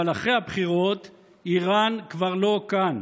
אבל אחרי הבחירות איראן כבר לא כאן.